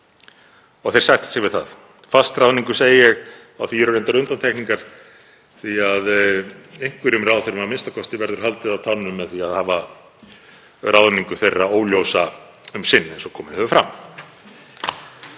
og þeir sættu sig við það. Fastráðningu, segi ég, á því eru reyndar undantekningar því að einhverjum ráðherrum a.m.k. verður haldið á tánum með því að hafa ráðningu þeirra óljósa um sinn, eins og komið hefur fram.